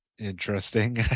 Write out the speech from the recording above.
interesting